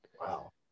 Wow